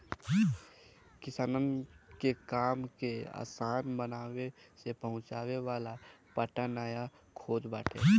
किसानन के काम के आसान बनावे में पहुंचावे वाला पट्टा नया खोज बाटे